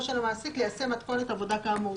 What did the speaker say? של המעסיק ליישם מתכונת עבודה כאמור.